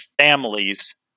families